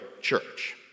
Church